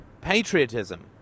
patriotism